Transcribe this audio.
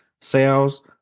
sales